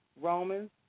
Romans